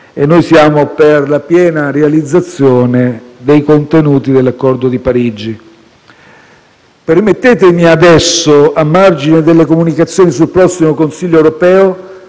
noi siamo per la piena realizzazione dei contenuti dell'Accordo di Parigi. Permettetemi, adesso, a margine delle comunicazioni sul prossimo Consiglio europeo,